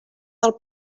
del